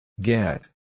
Get